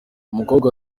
umukobwa